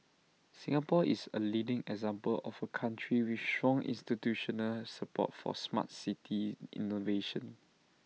Singapore is A leading example of A country with strong institutional support for Smart City innovation